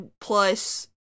plus